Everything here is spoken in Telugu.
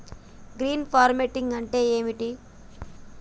గ్రీన్ ఫార్మింగ్ అంటే ఏమిటి?